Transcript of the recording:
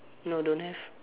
no don't have